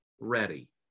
ready